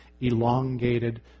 elongated